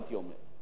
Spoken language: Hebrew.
הייתי אומר.